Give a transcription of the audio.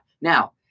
Now